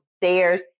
stairs